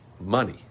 money